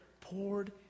poured